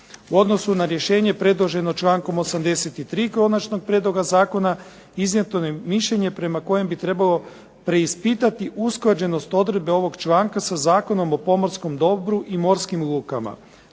U odnosu na rješenje predloženo člankom 83. konačnog prijedloga zakona iznijeto je mišljenje prema kojem bi trebalo preispitati usklađenost odredbe ovog članka sa Zakonom o pomorskom dobru i morskim lukama.